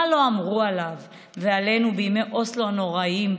מה לא אמרו עליו ועלינו בימי אוסלו הנוראיים,